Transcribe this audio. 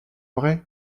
vrai